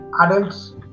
adults